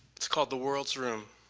it's called the world's room.